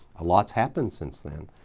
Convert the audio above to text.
a lot has happened since then.